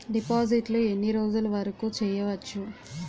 డిపాజిట్లు ఎన్ని రోజులు వరుకు చెయ్యవచ్చు?